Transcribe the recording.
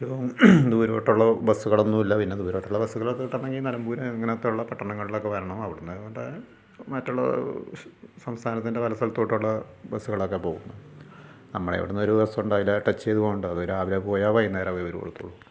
ഇത് ദൂരോട്ടുള്ള ബസ്സുകളൊന്നുമില്ല പിന്നെ ദൂരോട്ടുള്ള ബസ്സുകളൊക്കെ കിട്ടണമെങ്കിൽ നിലമ്പൂര് ഇങ്ങനെ ഒക്കെ ഉള്ള പട്ടണങ്ങളിലൊക്കെ വരണം അവിടുന്ന് അവിടെ മറ്റുള്ള സംസംസ്ഥാനത്തിൻ്റെ പല സ്ഥലത്തോട്ടുള്ള ബസ്സുകളൊക്കെ പോകും നമ്മുടെ ഇവിടുന്ന് ഒരു ബസ് ഉണ്ട് അതിലെ ടച്ച് ചെയ്ത് പോകണ്ട അത് രാവിലെ പോയാൽ വൈകുന്നേരമേ പോയി വരത്തുള്ളു